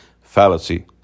fallacy